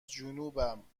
جنوبم